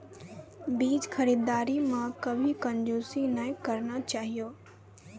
बीज खरीददारी मॅ कभी कंजूसी नाय करना चाहियो